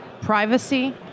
privacy